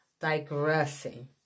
digressing